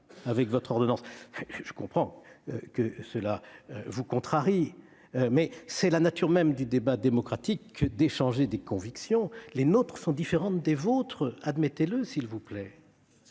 de votre ordonnance. Je comprends que cela vous contrarie, mais c'est la nature même du débat démocratique que d'échanger des convictions ; les nôtres sont différentes des vôtres, admettez-le, s'il vous plaît.